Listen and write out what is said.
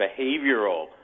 behavioral